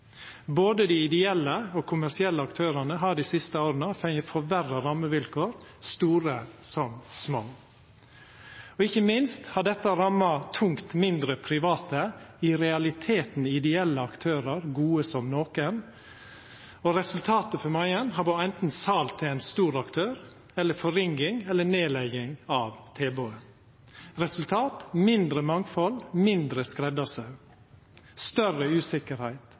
Både dei ideelle og dei kommersielle aktørane har dei siste åra fått forverra rammevilkår – store som små. Ikkje minst har dette ramma mindre, private aktørar tungt – i realiteten ideelle aktørar gode som nokon – og resultatet for mange har vore anten sal til ein stor aktør, forringing eller nedlegging av tilbodet. Resultat: mindre mangfald, mindre skreddarsaum og større usikkerheit